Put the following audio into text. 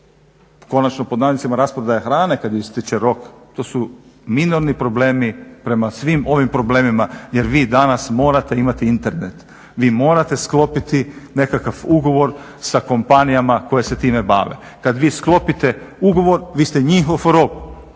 konačno pod navodnicima rasprodaja hrane kad joj ističe rok, to su minorni problemi prema svim ovim problemima jer vi danas morate imati internet, vi morate sklopiti nekakav ugovor sa kompanijama koje se time bave. Kada vi sklopite ugovor vi ste njihov rob